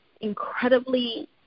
incredibly